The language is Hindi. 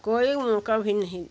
कोई उनका भी नहीं